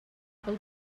pel